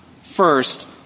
First